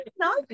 no